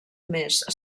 més